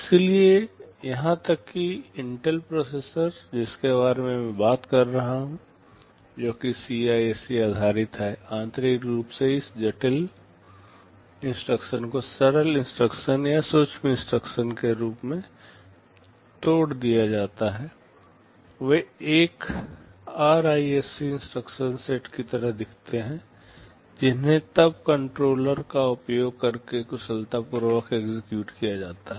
इसलिए यहां तक कि इंटेल प्रोसेसर जिसके बारे में मैं बात कर रहा हूँ जो की सीआईएससी आधारित हैं आंतरिक रूप से इन जटिल इंस्ट्रक्शन को सरल इंस्ट्रक्शन या सूक्ष्म इंस्ट्रक्शन में तोड़ दिया जाता है वे एक आरआईएससी इंस्ट्रक्शन सेट की तरह दिखते हैं जिन्हें तब कंट्रोलर का उपयोग करके कुशलतापूर्वक एग्जिक्यूट किया जाता है